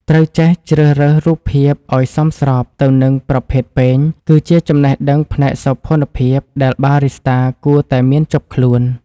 ត្រូវចេះជ្រើសរើសរូបភាពឱ្យសមស្របទៅនឹងប្រភេទពែង គឺជាចំណេះដឹងផ្នែកសោភ័ណភាពដែលបារីស្តាគួរតែមានជាប់ខ្លួន។